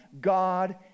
God